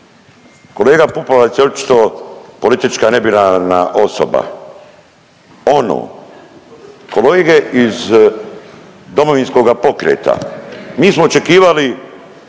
Kolega Pupovac je očito politička nebinarna osoba. Ono, kolege iz DP-a mi smo očekivali